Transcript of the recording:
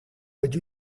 baju